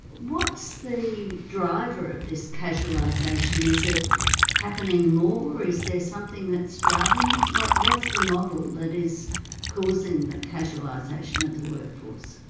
what's the driver of this casualisation? is it happening more? is there something that's driving it? what's what's the model that is causing the casualisation of and the workforce?